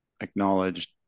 acknowledged